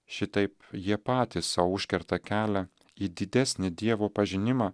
šitaip jie patys sau užkerta kelią į didesnį dievo pažinimą